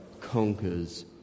conquers